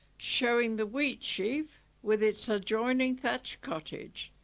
showing the wheatsheaf with its adjoining thatched cottage.